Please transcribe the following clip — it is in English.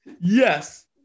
yes